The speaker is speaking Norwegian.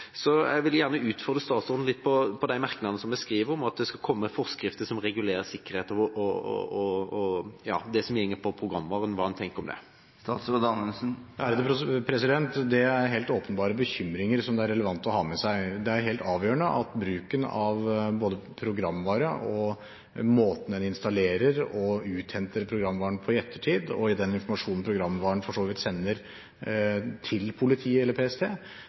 så de misbrukte det ikke, men det viser litt av utfordringene med selve programvaren og sikkerheten. Det er i hvert fall ekstremt viktig at en ikke lager et verktøy som kan misbrukes av andre kriminelle til f.eks. å plante bevis eller avlytte andre kriminelle. Jeg vil gjerne utfordre statsråden litt på de merknadene vi har skrevet om at det skal komme forskrifter som regulerer sikkerhet, og det som handler om programvare. Hva tenker han om det? Det er helt åpenbare bekymringer som det er relevant å ha med seg. Det er helt avgjørende at både bruken av programvaren